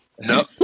no